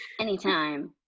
Anytime